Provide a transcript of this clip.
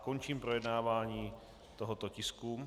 Končím projednávání tohoto tisku.